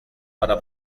para